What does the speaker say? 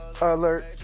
alert